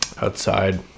outside